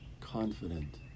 confident